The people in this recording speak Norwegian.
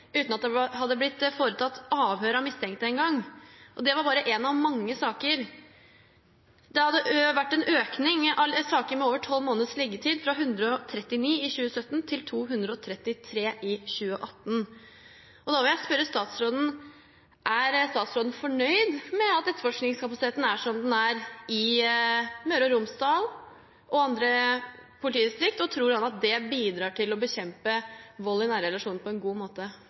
uten at det engang hadde blitt foretatt avhør av mistenkte, og det var bare én av mange saker. Det hadde vært en økning i antall saker med over tolv måneders liggetid, fra 139 i 2017 til 233 i 2018. Da vil jeg spørre statsråden: Er statsråden fornøyd med at etterforskningskapasiteten er som den er i Møre og Romsdal og andre politidistrikter, og tror han at det bidrar til å bekjempe vold i nære relasjoner på en god måte?